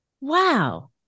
Wow